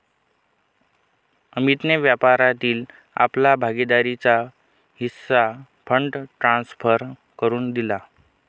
अमितने व्यापारातील आपला भागीदारीचा हिस्सा फंड ट्रांसफर करुन दिला